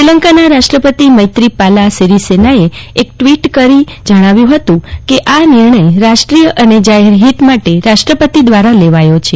શ્રીલંકા રાષ્ટ્પતિ મૈત્રીપાલા સીરીસેનાએ એક ટવીટ કરી આ અંગે જણાવ્યું હતું કે આ નિર્ણય રાષ્ટ્રીય અને જાહેર હિત માટે રાષ્ટ્રપતિ દ્વારા લેવાયો છે